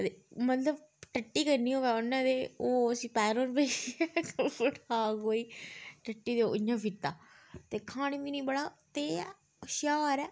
अदे मतलब ट्टटी करनी होऐ उन्नै ते ओह् उसी पैरै'र बेहियै गै बठा कोई ट्टटी ते ओह् इयां फिरदा ते खाने पीने बड़ा तेज ऐ होशियार ऐ